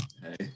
hey